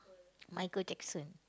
Michael-Jackson